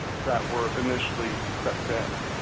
that were initially set down.